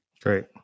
Great